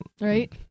right